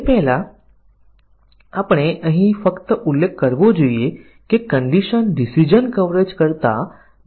તો શરત કવરેજમાં આપણી પાસે c 1 અને c 2 અને c3 સાચા અને ખોટા બંને હોવું જરૂરી છે